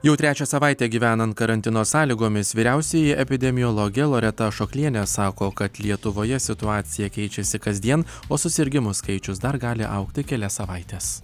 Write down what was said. jau trečią savaitę gyvenant karantino sąlygomis vyriausioji epidemiologė loreta šoklienė sako kad lietuvoje situacija keičiasi kasdien o susirgimų skaičius dar gali augti kelias savaites